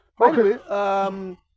Okay